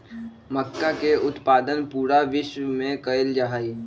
मक्का के उत्पादन पूरा विश्व में कइल जाहई